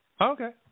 Okay